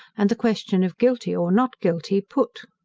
and the question of guilty, or not guilty, put.